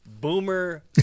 Boomer